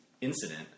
incident